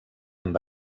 amb